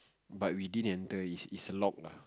but we didn't enter it's it's locked lah